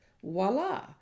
Voila